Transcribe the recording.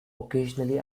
occasionally